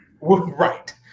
Right